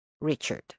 Richard